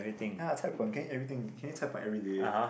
ya Cai-Peng can eat everything can eat cai-Peng everyday